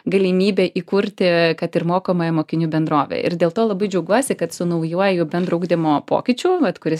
galimybę įkurti kad ir mokomąją mokinių bendrovę ir dėl to labai džiaugiuosi kad su naujuoju bendro ugdymo pokyčiu vat kuris